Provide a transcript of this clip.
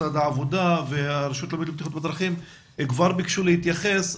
משרד העבודה והרשות הלאומית לבטיחות בדרכים - ביקשו להתייחס,